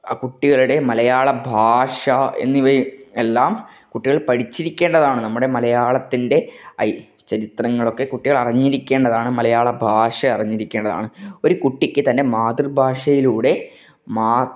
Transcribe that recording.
ആ കുട്ടികളുടെ മലയാളഭാഷ എന്നിവയും എല്ലാം കുട്ടികൾ പഠിച്ചിരിക്കേണ്ടതാണ് നമ്മുടെ മലയാളത്തിൻ്റെ ചരിത്രങ്ങളൊക്കെ കുട്ടികൾ അറിഞ്ഞിരിക്കേണ്ടതാണ് മലയാളഭാഷ അറിഞ്ഞിരിക്കേണ്ടതാണ് ഒരു കുട്ടിക്ക് തൻ്റെ മാതൃഭാഷയിലൂടെ മാ